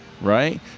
right